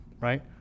right